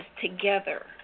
together